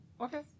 okay